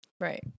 Right